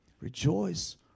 Rejoice